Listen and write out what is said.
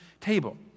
table